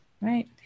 right